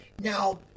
Now